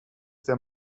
their